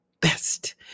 best